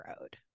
road